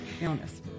illness